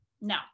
no